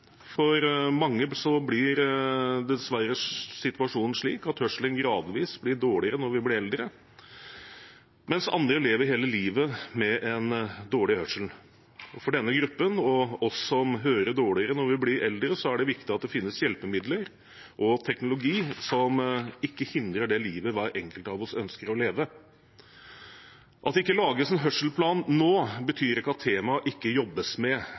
For mange blir dessverre situasjonen slik at hørselen gradvis blir dårligere når vi blir eldre, mens andre lever hele livet med dårlig hørsel. For denne gruppen og oss som hører dårligere når vi blir eldre, er det viktig at det finnes hjelpemidler og teknologi som ikke hindrer det livet hver enkelt av oss ønsker å leve. At det ikke lages en hørselsplan nå, betyr ikke at temaet ikke jobbes med,